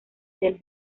del